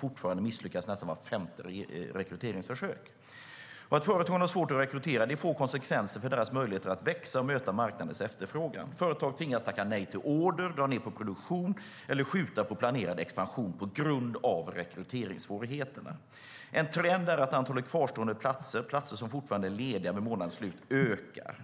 Fortfarande misslyckas nästan vart femte rekryteringsförsök. Att företagen har svårt att rekrytera får konsekvenser för deras möjligheter att växa och möta marknadens efterfrågan. Företag tvingas tacka nej till order, dra ned på produktion eller skjuta på planerad expansion på grund av rekryteringssvårigheterna. En trend är att antalet kvarstående platser ökar, det vill säga platser som fortfarande är lediga vid månadens slut.